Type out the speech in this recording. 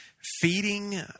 feeding